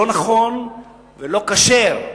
לא נכון ולא כשר,